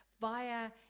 via